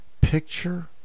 picture